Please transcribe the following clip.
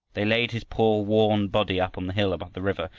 they laid his poor, worn body up on the hill above the river,